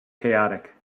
chaotic